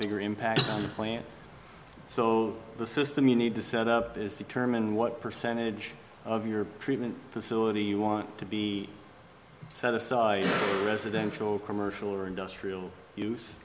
bigger impact on the plant so the system you need to set up is determine what percentage of your treatment facility you want to be set aside residential commercial or industrial use